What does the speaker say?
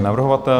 Navrhovatel?